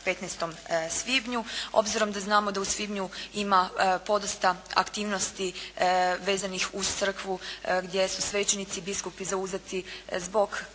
15. svibnju. Obzirom da znamo da u svibnju ima podosta aktivnosti vezanih uz crkvu gdje su svećenici i biskupi zauzeti zbog